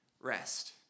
Rest